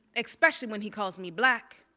especially when he calls me black